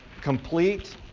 complete